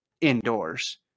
indoors